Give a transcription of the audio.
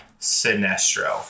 Sinestro